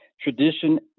Tradition